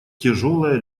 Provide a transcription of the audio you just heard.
тяжелая